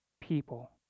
people